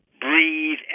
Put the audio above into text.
breathe